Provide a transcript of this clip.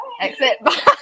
exit